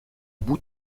bout